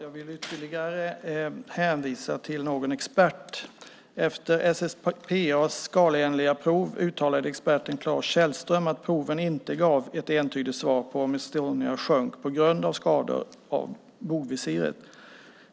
Fru talman! Jag vill hänvisa till ytterligare en expert. Efter SSPA:s skalenliga prov uttalade experten Claes Källström att proven inte gav ett entydigt svar på om Estonia sjönk på grund av skador på bogvisiret.